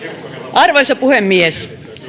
arvoisa puhemies